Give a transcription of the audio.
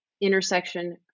intersection